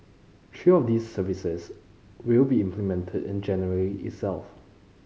three of these services will be implemented in January itself